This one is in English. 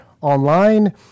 online